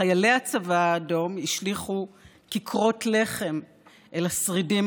חיילי הצבא האדום השליכו כיכרות לחם אל השרידים